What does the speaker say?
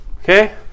okay